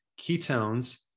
Ketones